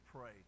pray